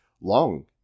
Long